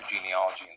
genealogy